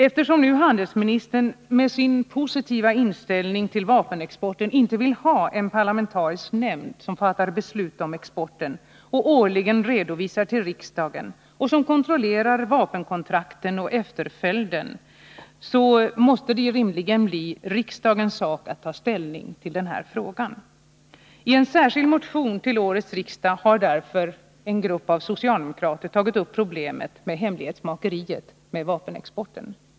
Eftersom handelsministern, med sin positiva inställning till vapenexporten, inte vill ha någon parlamentarisk nämnd som fattar beslut om exporten, 30 och årligen lämnar en redovisning till riksdagen samt kontrollerar vapen kontrakten och deras efterlevnad, måste det rimligen bli riksdagens sak att ta ställning till denna fråga. I en särskild motion till detta riksmöte har därför en grupp socialdemokrater tagit upp problemet med hemlighetsmakeriet kring vapenexporten.